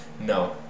No